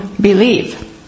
believe